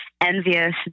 envious